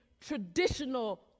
traditional